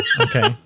Okay